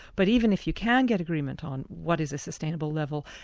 but even if you can get agreement on what is a sustainable level,